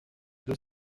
deux